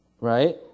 right